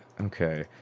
Okay